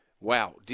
wow